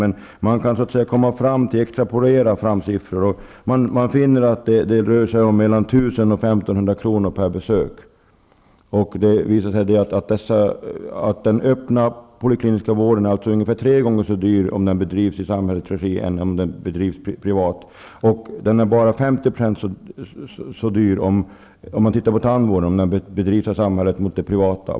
Men det rör sig om 1 000--1 500 kr. per besök. Den öppna polikliniska vården är ungefär tre gånger så dyr om den bedrivs i samhällets regi som i privat regi. Tandvården i samhällets regi är ungefär 50 % dyrare än den privata.